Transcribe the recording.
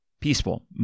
peaceful